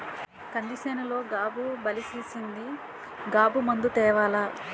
కంది సేనులో గాబు బలిసీసింది గాబు మందు తేవాల